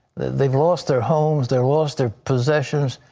they've lost their homes. they're lost their possessions.